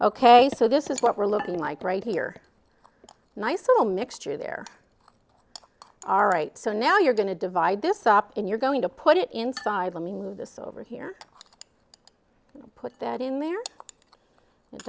ok so this is what we're looking like right here nice little mixture there all right so now you're going to divide this up and you're going to put it inside let me move this over here put that in there